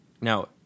Now